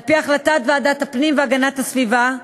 על-פי החלטת ועדת הפנים והגנת הסביבה,